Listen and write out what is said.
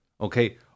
Okay